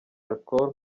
alcool